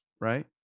right